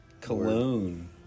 cologne